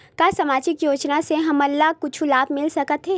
का सामाजिक योजना से हमन ला कुछु लाभ मिल सकत हे?